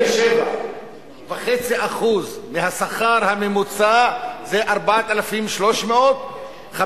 47.5% מהשכר הממוצע זה 4,350,